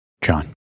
John